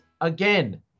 again